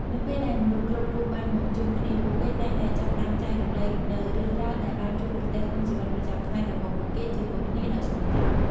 នៅពេលដែលមនុស្សគ្រប់រូបបានមកជុំគ្នា ពួកគេតែងតែចាប់ផ្ដើមចែករំលែកនូវរឿងរ៉ាវដែលបានជួបប្រទះក្នុងជីវិតប្រចាំថ្ងៃរបស់ពួកគេជាមួយគ្នាដោយស្មោះត្រង់។